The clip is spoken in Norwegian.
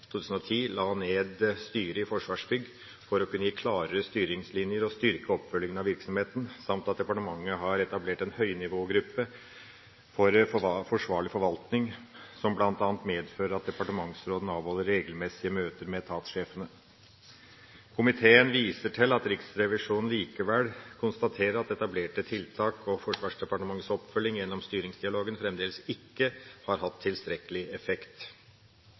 2010 la ned styret i Forsvarsbygg for å kunne gi klarere styringslinjer og styrke oppfølgingen av virksomheten, samt at departementet har etablert en høynivågruppe for forsvarlig forvaltning, som bl.a. medfører at departementsråden avholder regelmessige møter med etatssjefene. Komiteen viser til at Riksrevisjonen likevel konstaterer at etablerte tiltak og Forsvarsdepartementets oppfølging gjennom styringsdialogen fremdeles ikke har hatt tilstrekkelig effekt.